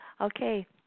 Okay